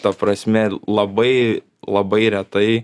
ta prasme labai labai retai